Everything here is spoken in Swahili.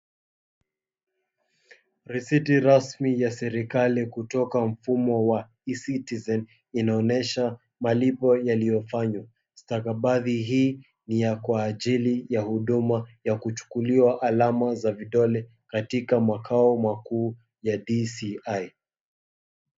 Risiti rasmi ya serikali kutoka mfumo wa E-Citizen inaonyesha malipo yaliyofanywa. Stakabadhi hii ni ya kwa ajili ya huduma ya kuchukuliwa alama za vidole katika makao makuu ya DCI.